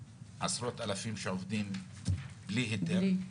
ויש עשרות אלפים שעובדים בלי היתר,